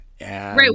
Right